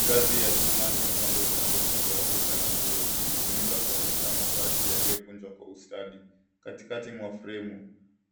Ngazi ya chuma zimepangwa upande mmoja wa duka za nguo zikitumika kuonyesha mashati yaliyokunjwa kwa ustadi. Katikati mwa fremu